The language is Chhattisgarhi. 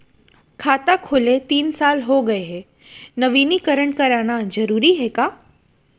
खाता खुले तीन साल हो गया गये हे नवीनीकरण कराना जरूरी हे का?